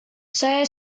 saya